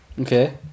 Okay